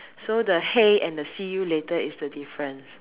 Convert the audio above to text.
so the hey and the see you later is the difference